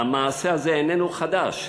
והמעשה הזה איננו חדש,